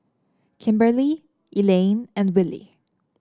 Kimberley Elayne and Willy